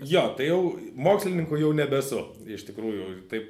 jo tai jau mokslininku jau nebesu iš tikrųjų taip